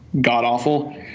god-awful